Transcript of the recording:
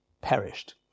perished